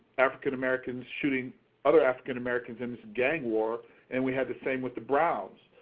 african-americans shooting other african-americans in gang wars and we had the same with the browns.